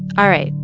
all right,